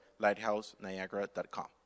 lighthouseniagara.com